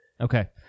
Okay